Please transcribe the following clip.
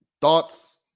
Thoughts